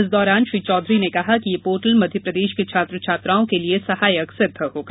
इस दौरान श्री चौधर्री ने कहा कि यह पोर्टल मध्यप्रदेश के छात्र छात्राओं के लिए सहायक सिद्ध होगा